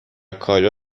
کایلا